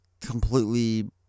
completely